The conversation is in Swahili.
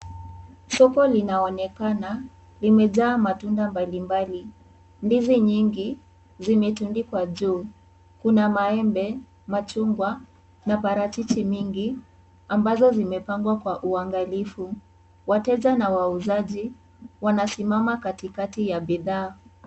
Soko linaonekana limejaa matunda mbalimbali. Ndizi nyingi zimetundikwa juu. Kuna maembe, machungwa na parachichi mingi ambazo zimepangwa kwa uangalifu. Wateja na wauzaji wanasimama katikati ya bidhaa.